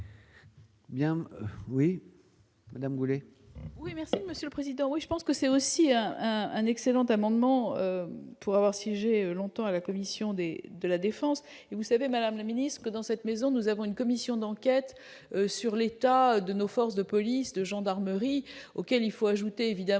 oui Madame Boulet.